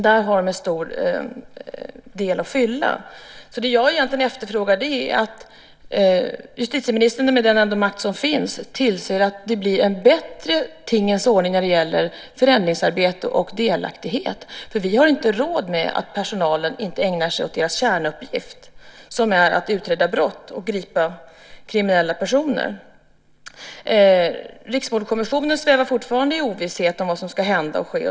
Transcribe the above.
Där finns en stor del att fylla. Jag efterfrågar alltså att justitieministern med den makt som finns tillser att det blir en bättre tingens ordning när det gäller förändringsarbete och delaktighet. Vi har inte råd med att personalen inte ägnar sig åt sin kärnuppgift, som är att utreda brott och gripa kriminella personer. Riksmordkommissionen svävar fortfarande i ovisshet om vad som ska hända och ske.